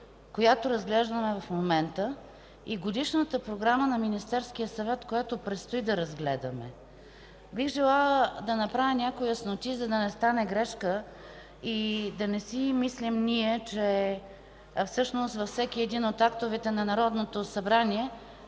момента разглеждаме, и Годишната програма на Министерския съвет, която предстои да разгледаме. Бих желала да внеса някои ясноти, за да не стане грешка и да не си мислим, че всъщност във всеки един от актовете на Народното събрание